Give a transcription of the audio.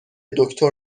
دکتر